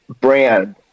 brand